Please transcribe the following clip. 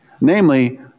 Namely